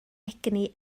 egni